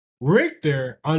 Richter